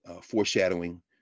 foreshadowing